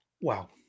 Wow